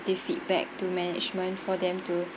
feedback to management for them to